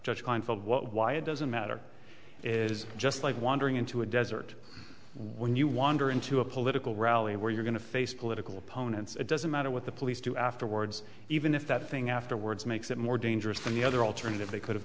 what why it doesn't matter is just like wandering into a desert when you wander into a political rally where you're going to face political opponents it doesn't matter what the police do afterwards even if that thing afterwards makes it more dangerous than the other alternative they could have